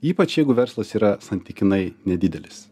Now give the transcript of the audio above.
ypač jeigu verslas yra santykinai nedidelis